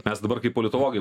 mes dabar kaip politologai